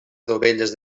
dovelles